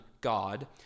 God